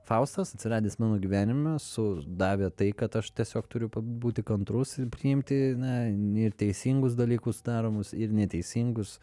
faustas atsiradęs mano gyvenime su davė tai kad aš tiesiog turiu būti kantrus ir priimti na ir teisingus dalykus daromus ir neteisingus